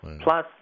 plus